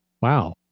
wow